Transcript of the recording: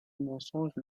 mensonge